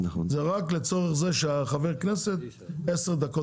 זה רק לצורך זה שחבר הכנסת ידבר עשר דקות,